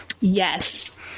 Yes